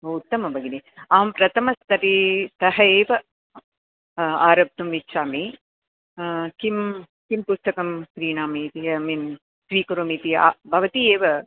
उत्तमं भगिनि अहं प्रथमस्तरतः एव आरब्धुम् इच्छामि किं किं पुस्तकं क्रीणामि ऐ मीन् स्वीकरोमि इति भवती एव